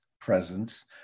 presence